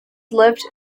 lived